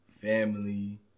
family